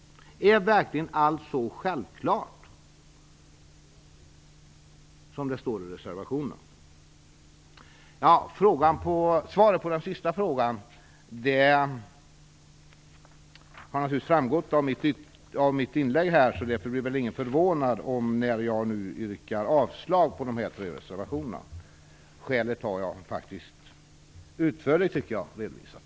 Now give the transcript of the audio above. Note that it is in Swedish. Är allt verkligent så självklart som det står i reservationerna? Svaret på den sista frågan har naturligtvis framgått av mitt inlägg här. Därför blir ingen förvånad när jag nu yrkar avslag på de tre reservationerna. Skälet har jag utförligt redovisat.